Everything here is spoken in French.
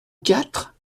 quatre